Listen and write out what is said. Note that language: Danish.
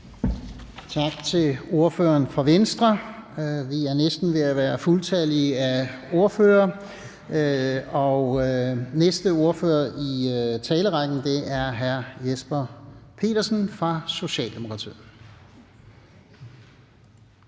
Tak til ordføreren fra Venstre. Vi er næsten ved at være fuldtallige med ordførere. Næste ordfører i talerrækken er hr. Jesper Petersen fra Socialdemokratiet.